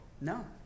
No